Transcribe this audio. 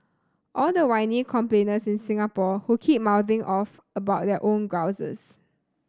all the whiny complainers in Singapore who keep mouthing off about their own grouses